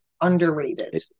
underrated